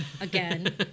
again